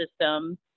system